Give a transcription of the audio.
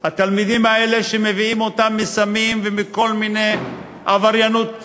התלמידים האלה שמביאים אותם מסמים ומכל מיני עבריינות למינה,